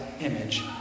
image